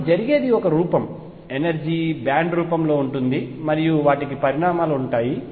కాబట్టి జరిగేది energy band రూపంలో ఉంటుంది మరియు వాటికి పరిణామాలు ఉంటాయి